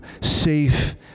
safe